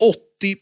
80%